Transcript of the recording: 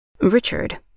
Richard